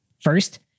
first